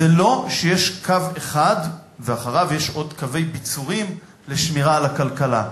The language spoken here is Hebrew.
זה לא שיש קו אחד ואחריו יש עוד קווי ביצורים לשמירה על הכלכלה.